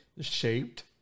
shaped